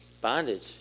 Bondage